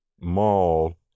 mall